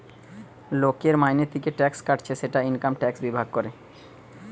লোকের মাইনে থিকে ট্যাক্স কাটছে সেটা ইনকাম ট্যাক্স বিভাগ করে